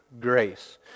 grace